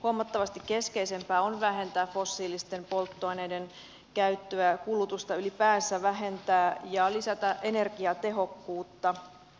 huomattavasti keskeisempää on vähentää fossiilisten polttoaineiden käyttöä kulutusta ylipäänsä vähentää ja lisätä energiatehokkuutta